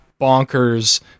bonkers